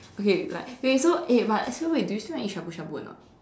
okay like wait wait so eh but so wait do you still want to eat shabu-shabu or not